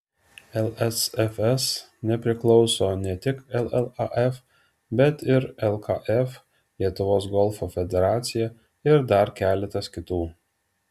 lsfs nepriklauso ne tik llaf bet ir lkf lietuvos golfo federacija ir dar keletas kitų